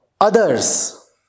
others